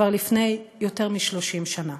כבר לפני יותר מ-30 שנה.